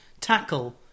tackle